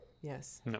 Yes